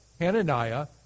Hananiah